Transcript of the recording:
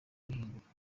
rihinduka